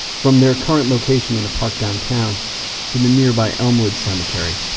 from their current location in a park downtown to the nearby elmwood cemetery